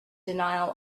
denial